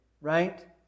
right